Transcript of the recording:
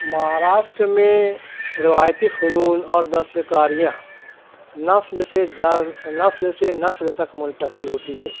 مہاراشٹر میں روایتی فنون اور دستکاریاں نسل سے در نسل سے نسل تک منتقل ہوتی ہے